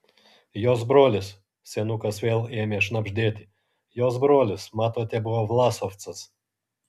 jos brolis senukas vėl ėmė šnabždėti jos brolis matote buvo vlasovcas